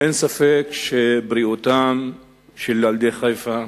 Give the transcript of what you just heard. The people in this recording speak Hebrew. אין ספק שבריאותם של ילדי חיפה,